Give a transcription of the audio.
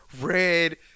red